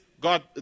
God